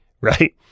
right